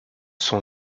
sont